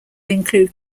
include